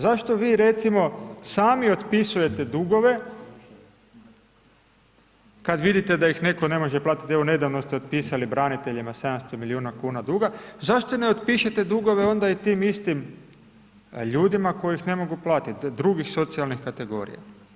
Zašto vi recimo sami otpisujete dugove kad vidite da ih netko ne može platiti, evo nedavno ste otpisali braniteljima 700 milijuna kuna duga, zašto ne otpišete dugove onda i tim istim ljudima koji ih ne mogu platiti, drugih socijalnih kategorija.